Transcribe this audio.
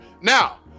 Now